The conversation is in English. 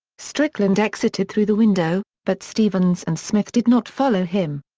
strickland exited through the window, but stevens and smith did not follow him.